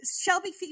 Shelby